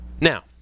Now